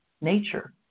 nature